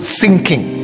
sinking